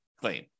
claim